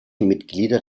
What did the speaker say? mitglieder